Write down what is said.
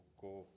go